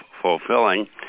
fulfilling